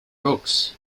books